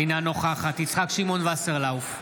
אינה נוכחת יצחק שמעון וסרלאוף,